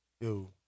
Yo